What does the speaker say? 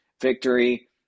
victory